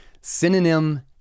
Synonym